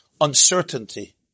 uncertainty